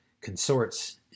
consorts